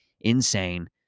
insane